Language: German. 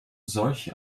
solch